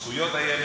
או זכויות הילד,